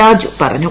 രാജു പറഞ്ഞു